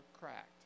cracked